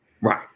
right